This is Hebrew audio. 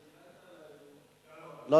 אתה דילגת עלי, אדוני.